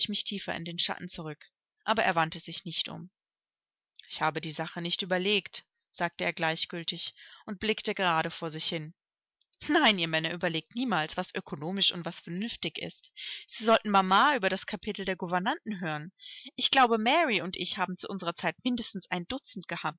tiefer in den schatten zurück aber er wandte sich nicht um ich habe die sache nicht überlegt sagte er gleichgiltig und blickte gerade vor sich hin nein ihr männer überlegt niemals was ökonomisch und was vernünftig ist sie sollten mama über das kapitel der gouvernanten hören ich glaube mary und ich haben zu unserer zeit mindestens ein dutzend gehabt